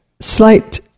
slight